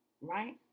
right